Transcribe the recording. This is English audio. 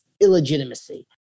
illegitimacy